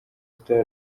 star